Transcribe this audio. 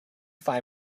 find